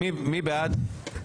מי בעד?